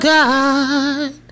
God